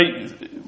Right